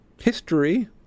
History